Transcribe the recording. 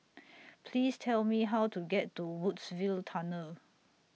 Please Tell Me How to get to Woodsville Tunnel